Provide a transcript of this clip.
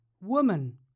Woman